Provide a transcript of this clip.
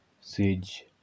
Sage